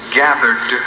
gathered